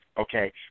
okay